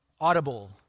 audible